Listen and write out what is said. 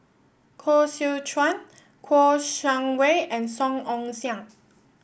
Koh Seow Chuan Kouo Shang Wei and Song Ong Siang